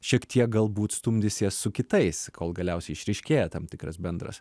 šiek tiek galbūt stumdysies su kitais kol galiausiai išryškėja tam tikras bendras